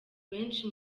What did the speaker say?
benshi